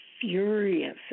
furious